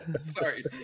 Sorry